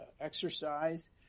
exercise